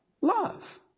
love